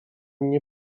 nie